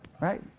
right